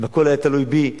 אם הכול היה תלוי בי,